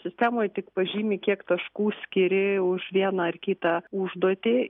sistemoj tik pažymi kiek taškų skiri už vieną ar kitą užduotį